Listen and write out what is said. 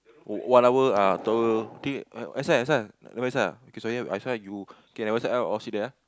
one hour ah two hour think outside outside ah you okay outside all sit there ah